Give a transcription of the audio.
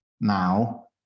now